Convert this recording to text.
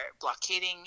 blockading